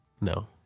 No